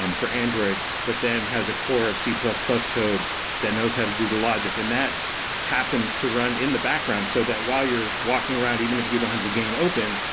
um for android, but then has a core of c plus plus code that knows how to do the logic. and that happens to run in the background. so that while you're walking around even if you don't have the game open,